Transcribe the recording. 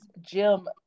Jim